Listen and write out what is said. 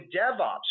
DevOps